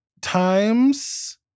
times